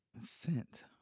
Scent